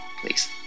Please